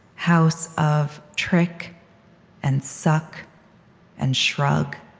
house of trick and suck and shrug.